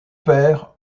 père